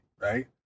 right